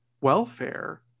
welfare